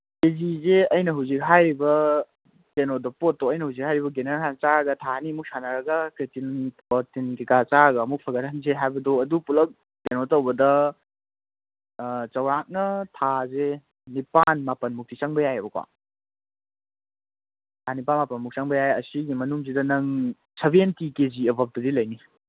ꯀꯦꯖꯤꯁꯦ ꯑꯩꯅ ꯍꯧꯖꯤꯛ ꯍꯥꯏꯔꯤꯕ ꯀꯩꯅꯣꯗꯣ ꯄꯣꯠꯇꯣ ꯑꯩꯅ ꯍꯧꯖꯤꯛ ꯍꯥꯏꯔꯤꯕ ꯒ꯭ꯔꯦꯅꯔ ꯍꯥꯟꯅ ꯆꯥꯔꯒ ꯊꯥ ꯑꯅꯤꯃꯨꯛ ꯁꯥꯟꯅꯔꯒ ꯀ꯭ꯔꯦꯇꯤꯟ ꯄ꯭ꯔꯣꯇꯤꯟ ꯀꯔꯤ ꯀꯔꯥ ꯆꯥꯔꯒ ꯑꯃꯨꯛ ꯐꯒꯠꯍꯟꯁꯦ ꯍꯥꯏꯕꯗꯣ ꯑꯗꯨ ꯄꯨꯂꯞ ꯀꯩꯅꯣ ꯇꯧꯕꯗ ꯆꯧꯔꯥꯛꯅ ꯊꯥꯁꯦ ꯅꯤꯄꯥꯟ ꯃꯥꯄꯟꯃꯨꯛꯇꯤ ꯆꯪꯕ ꯌꯥꯏꯌꯦꯕꯀꯣ ꯊꯥ ꯅꯤꯄꯥꯟ ꯃꯥꯄꯟꯃꯨꯛ ꯆꯪꯕ ꯌꯥꯏ ꯑꯁꯤꯒꯤ ꯃꯅꯨꯡꯁꯤꯗ ꯅꯪ ꯁꯚꯦꯟꯇꯤ ꯀꯦꯖꯤ ꯑꯕꯞꯇꯗꯤ ꯂꯩꯅꯤ